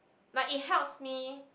like it helps me